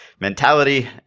mentality